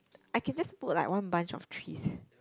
I can just put like one bunch of threes